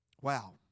Wow